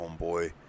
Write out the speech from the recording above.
Homeboy